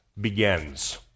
Begins